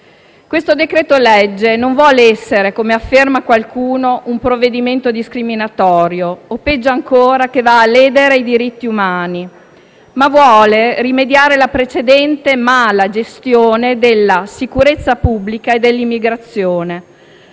in discussione non vuole essere, come afferma qualcuno, un provvedimento discriminatorio o - peggio ancora - che va a ledere i diritti umani. Esso intende rimediare alla precedente malagestione della sicurezza pubblica e dell'immigrazione,